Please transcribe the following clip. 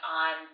on